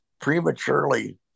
prematurely